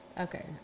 Okay